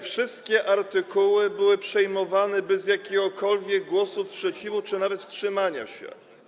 Wszystkie artykuły były przyjmowane bez jakiegokolwiek głosu sprzeciwu czy nawet wstrzymującego się.